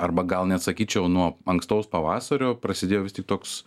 arba gal net sakyčiau nuo ankstaus pavasario prasidėjo vis tik toks